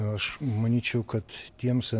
aš manyčiau kad tiems